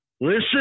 Listen